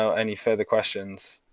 so any further questions?